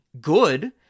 good